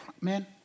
Man